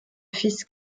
fils